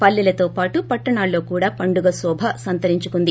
పల్లెలతో పాటు పట్లణాల్లో కూడా పండుగ శొభ సంతరించుకుంది